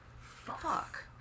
fuck